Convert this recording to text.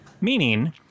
Meaning